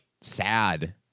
sad